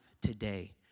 today